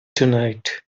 tonight